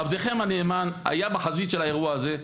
עבדכם הנאמן היה בחזית של האירוע הזה.